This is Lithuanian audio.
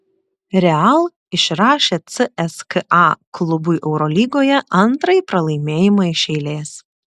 real išrašė cska klubui eurolygoje antrąjį pralaimėjimą iš eilės